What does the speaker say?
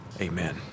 Amen